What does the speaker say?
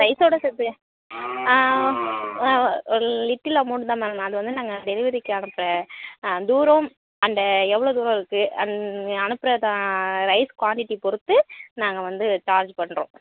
ரைஸோடு சேர்த்து a little amount தான் ma'am அது வந்து நாங்கள் டெலிவரிக்கு அனுப்புகிற தூரம் அந்த எவ்வளோ தூரம் இருக்குது அனுப்புகிற ரைஸ் குவான்டிட்டி பொருத்து நாங்கள் வந்து சார்ஜ் பண்ணுறோம்